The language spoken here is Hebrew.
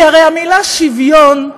כי הרי המילה "שוויון"